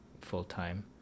full-time